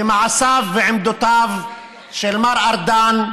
ומעשיו ועמדותיו של מר ארדן,